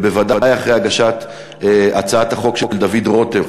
ובוודאי אחרי הגשת הצעת החוק של דוד רותם,